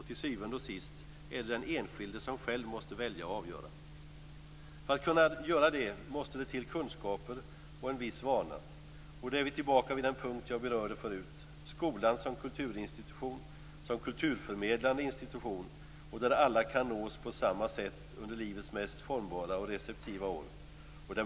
Till syvende och sist är det den enskilde som själv måste välja och avgöra. För att kunna göra det måste det till kunskaper och en viss vana. Då är vi tillbaka vid den punkt jag berörde tidigare. Skolan som kulturförmedlande institution kan nå alla på samma sätt under livets mest formbara och receptiva år.